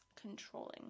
controlling